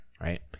Right